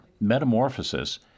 Metamorphosis